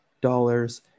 dollars